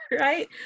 right